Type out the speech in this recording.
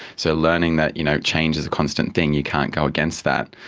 so learning that you know change is a constant thing, you can't go against that,